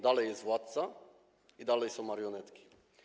Dalej jest władca i dalej są marionetki.